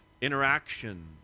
interaction